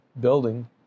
building